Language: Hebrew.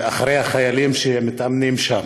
אחרי חיילים שמתאמנים שם.